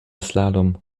slalom